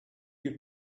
you